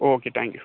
okay thank you